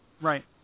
right